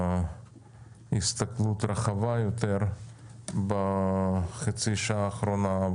בהסתכלות רחבה יותר בחצי השעה האחרונה.